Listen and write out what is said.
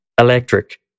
Electric